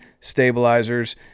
Stabilizers